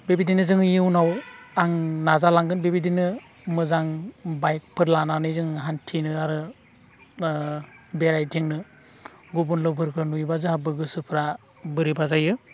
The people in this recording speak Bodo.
बेबायदिनो जोङो इयुनाव आं नाजालांगोन बेबायदिनो मोजां बाइकफोर लानानै जों हान्थिनो आरो बेरायदिंनो गुबुन लोगोफोरखौ नुयोब्ला जाहाबो गोसोफोरा बोरैबा जायो